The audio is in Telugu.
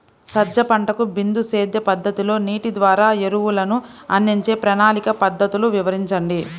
సజ్జ పంటకు బిందు సేద్య పద్ధతిలో నీటి ద్వారా ఎరువులను అందించే ప్రణాళిక పద్ధతులు వివరించండి?